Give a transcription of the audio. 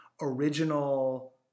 original